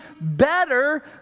better